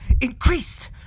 increased